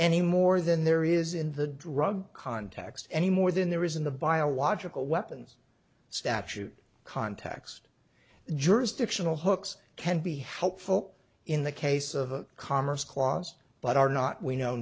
anymore than there is in the drug context any more than there is in the biological weapons statute context jurisdictional hooks can be helpful in the case of a commerce clause but are not we know